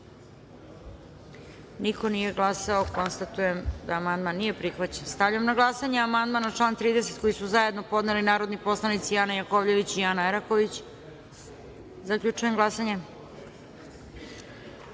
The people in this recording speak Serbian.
niko nije glasao. Konstatujem da amandman nije prihvaćen. Stavljam na glasanje amandman na član 30. koji su zajedno podneli narodni poslanici Ana Jakovljević i Ana Eraković. Zaključujem glasanje: